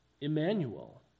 Emmanuel